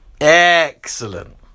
Excellent